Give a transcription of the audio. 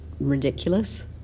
ridiculous